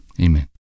Amen